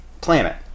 planet